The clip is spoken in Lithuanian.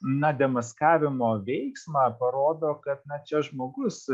na demaskavimo veiksmą parodo kad na čia žmogus